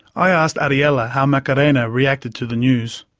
i asked ariela how macarena reacted to the news.